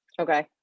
Okay